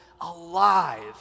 alive